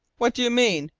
what do you mean?